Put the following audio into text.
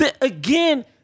again